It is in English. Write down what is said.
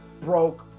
broke